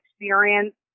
experience